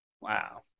Wow